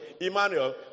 Emmanuel